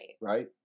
right